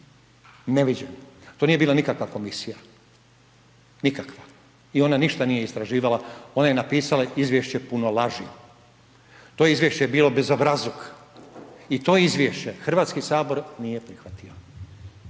neviđen, to nije bila nikakva komisija, nikakva i ona ništa nije istraživala, ona je napisala izvješće puno laži, to izvješće je bilo bezobrazluk i to izvješće HS nije prihvatio,